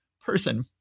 person